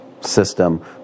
system